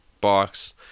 box